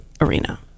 arena